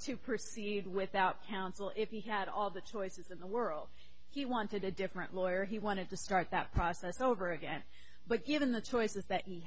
to proceed without counsel if he had all the choices in the world he wanted a different lawyer he wanted to start that process over again but given the choices that he